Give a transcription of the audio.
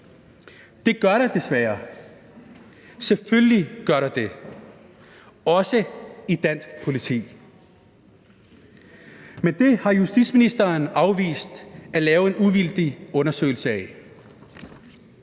Det gør der desværre. Selvfølgelig gør der det, også i det danske politi. Men det har justitsministeren afvist at lave en uvildig undersøgelse af.